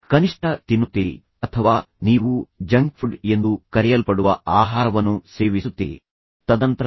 ಕನಿಷ್ಠ ತಿನ್ನುತ್ತೀರಿ ಅಥವಾ ನೀವು ಜಂಕ್ ಫುಡ್ ಎಂದು ಕರೆಯಲ್ಪಡುವ ಆಹಾರವನ್ನು ಸೇವಿಸುತ್ತೀರಿ ಮತ್ತು ನೀವು ನಿಮ್ಮ ಆರೋಗ್ಯಕ್ಕೆ ಹಾನಿ ಮಾಡಲು ಪ್ರಯತ್ನಿಸುತ್ತೀರಿ